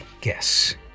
guess